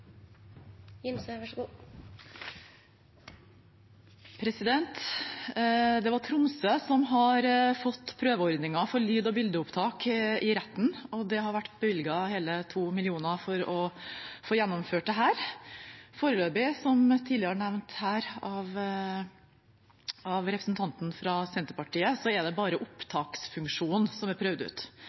Det er Tromsø som har fått prøveordningen for lyd- og bildeopptak i retten, og det har vært bevilget hele 2 mill. kr for å få gjennomført dette. Foreløpig, som tidligere nevnt her av representanten fra Senterpartiet, er det bare opptaksfunksjonen som er prøvd ut.